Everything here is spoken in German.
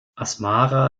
asmara